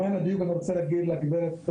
למען הדיוק אני רוצה להגיד לגברת,